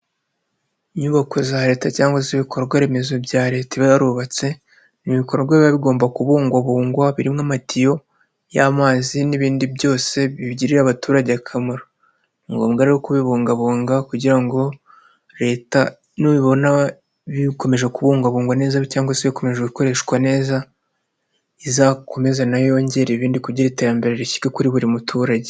Inyubako za Leta cyangwa se ibikorwa remezo bya Leta iba yarubatse, ni ibikorwa biba bigomba kubungwabungwa birimo amatiyo y'amazi n'ibindi byose bigirira abaturage akamaro, ni ngombwa rero kubibungabunga kugira ngo Leta nibona bikomeje kubungabungwa neza cyangwa se bikomeje gukoreshwa neza izakomeze na yo yongere ibindi kugira ngo iterambere rishyike kuri buri muturage.